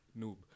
noob